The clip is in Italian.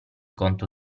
conto